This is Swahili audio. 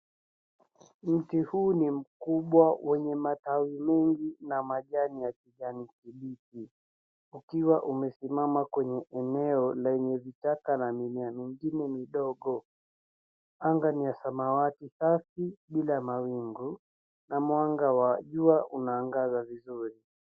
Mti huu ni mkubwa wenye matawi mengi na majani ya kijani kibichi ukiwa umesimama kwenye eneo lenye vichaka na mimea mingine midogo. Anga ni ya samawati safi bila mawingu na mwanga wa jua unaangaza vizuri.